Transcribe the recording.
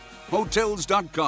Hotels.com